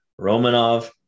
Romanov